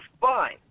fine